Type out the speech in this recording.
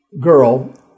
girl